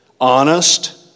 Honest